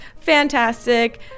fantastic